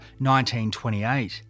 1928